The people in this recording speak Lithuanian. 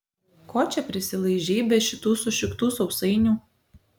ko čia prisilaižei be šitų sušiktų sausainių